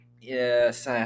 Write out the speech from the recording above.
yes